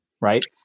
right